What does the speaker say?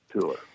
tour